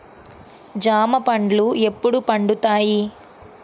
జామ పండ్లు ఎప్పుడు పండుతాయి?